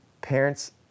parents